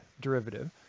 derivative